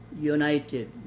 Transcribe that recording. united